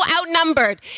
outnumbered